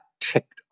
ticked